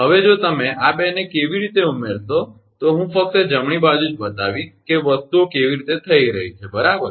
હવે જો તમે આ 2 ને કેવી રીતે ઉમેરશો તો હું ફક્ત જમણી બાજુ જ બતાવીશ કે વસ્તુઓ કેવી રીતે થઈ રહી છે બરાબર